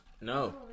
No